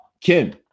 Kim